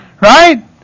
Right